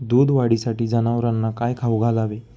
दूध वाढीसाठी जनावरांना काय खाऊ घालावे?